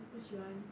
我不喜欢